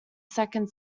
second